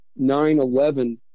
9-11